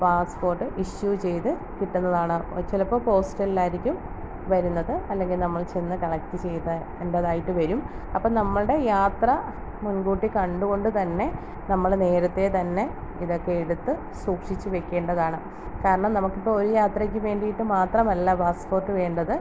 passport issue ചെയ്ത് കിട്ടുന്നതാണ് ചിലപ്പം പോസ്റ്റൽലായിരിക്കും വരുന്നത് അല്ലെങ്കിൽ നമ്മൾ ചെന്ന് കളക്റ്റ് ചെയ്ത് എൻ്റെതായിട്ട് വരും അപ്പം നമ്മളുടെ യാത്ര മുൻകൂട്ടി കണ്ട് കൊണ്ട് തന്നെ നമ്മൾ നേരത്തെ തന്നെ ഇതക്കെ എടുത്ത് സൂക്ഷിച്ച് വെക്കേണ്ടതാണ് കാരണം നമുക്കിപ്പൊരു യാത്രയ്ക്ക് വേണ്ടീട്ട് മാത്രമല്ല പാസ്പ്പോട്ട് വേണ്ടത്